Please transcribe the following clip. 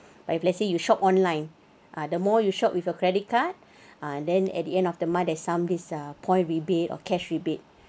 but if let's say you shop online ah the more you shop with your credit card ah then at the end of the month there's some this ah point rebate or cash rebate